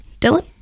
Dylan